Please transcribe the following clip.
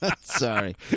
Sorry